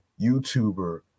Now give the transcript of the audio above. youtuber